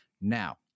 Now